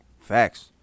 Facts